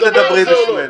אל תדברי בשמנו.